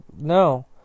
no